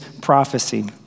prophecy